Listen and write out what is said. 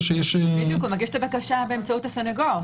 בדיוק, מגיש את הבקשה באמצעות הסנגור.